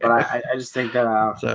and i just think ah so